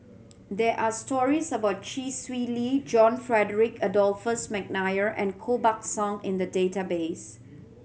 there are stories about Chee Swee Lee John Frederick Adolphus McNair and Koh Buck Song in the database